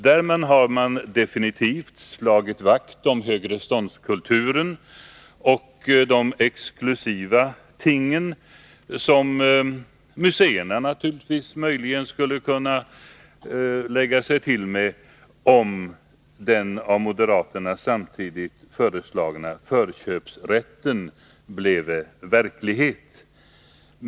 Därmed har man definitivt slagit vakt om högreståndskulturen och de exklusiva tingen, som museerna möjligen skulle kunna lägga sig till med om den av moderaterna samtidigt föreslagna förköpsrätten bleve verklighet.